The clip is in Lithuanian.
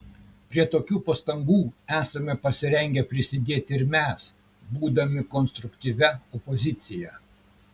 prie tokių pastangų esame pasirengę prisidėti ir mes būdami konstruktyvia opozicija